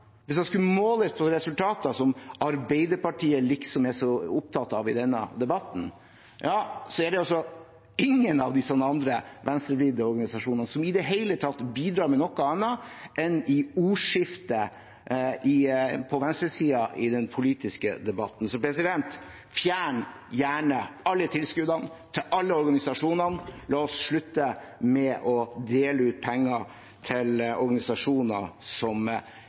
hvis en skulle måle resultater som Arbeiderpartiet liksom er så opptatt av i denne debatten, er det ingen av de andre, venstrevridde organisasjonene som i det hele tatt bidrar med noe annet enn ordskifte på venstresiden i den politiske debatten. Så la oss fjerne gjerne alle tilskuddene til alle organisasjonene – la oss slutte med å dele ut penger til organisasjoner som